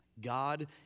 God